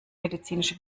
medizinische